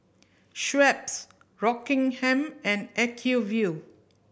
Schweppes Rockingham and Acuvue